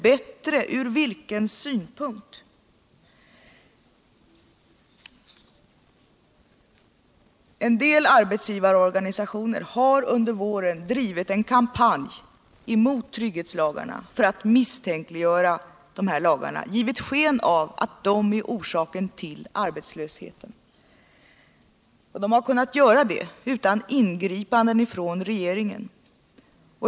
Bättre ur vilken synpunkt? En del arbetsgivarorganisationer har under våren drivit en kampanj mot trygghetslagarna för att misstänkliggöra dem. De har givit sken av att trygghetslagarna är orsaken till arbetslösheten. De har kunnat göra det utan ingripanden från regeringen.